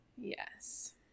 Yes